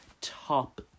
top